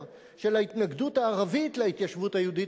של ההתנגדות הערבית להתיישבות היהודית,